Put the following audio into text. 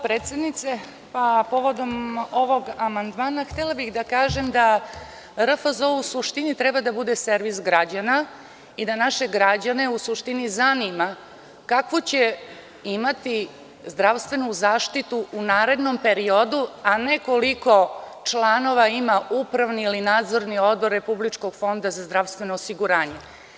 Povodom ovog amandmana htela bih da kažem da RFZO, u suštini, treba da bude servis građana i da naše građane zanima kako će imati zdravstvenu zaštitu u narednom periodu, a ne koliko članova ima upravni ili nadzorni odbor Republičkog fonda za zdravstveno osiguranje.